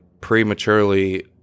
prematurely